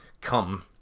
come